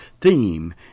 theme